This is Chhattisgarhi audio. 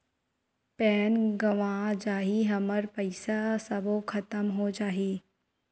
पैन गंवा जाही हमर पईसा सबो खतम हो जाही?